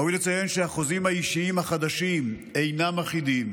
ראוי לציין שהחוזים האישיים החדשים אינם אחידים.